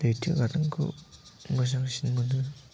लैथो गाथोनखौ मोजांसिन मोनो